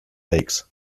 lakes